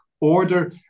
order